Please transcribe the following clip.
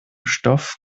stoff